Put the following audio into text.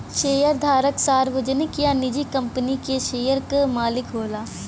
शेयरधारक सार्वजनिक या निजी कंपनी के शेयर क मालिक होला